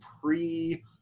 pre